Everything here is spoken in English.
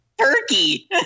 Turkey